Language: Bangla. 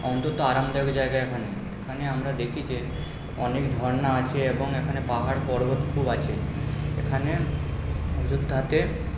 অন্তত আরামদায়ক জায়গা এখানে এখানে আমরা দেখি যে অনেক ঝর্না আছে এবং এখানে পাহাড় পর্বত খুব আছে এখানে অযোধ্যাতে